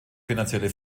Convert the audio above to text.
finanzielle